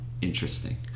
interesting